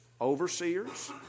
overseers